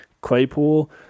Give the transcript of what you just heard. Claypool